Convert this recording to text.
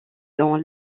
dans